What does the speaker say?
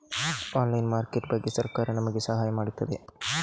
Online market ಬಗ್ಗೆ ಸರಕಾರ ನಮಗೆ ಸಹಾಯ ಮಾಡುತ್ತದೆ?